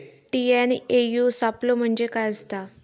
TNAU सापलो म्हणजे काय असतां?